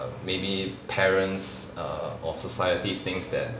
maybe parents err or society thinks that